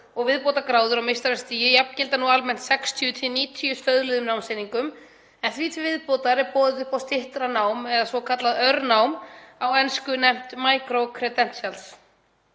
og viðbótargráður á meistarastigi jafngilda almennt 60–90 stöðluðum námseiningum en því til viðbótar er boðið upp á styttra nám eða svokallað örnám, á ensku nefnt „micro-credentials“.